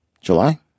July